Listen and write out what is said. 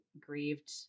grieved